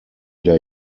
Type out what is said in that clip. der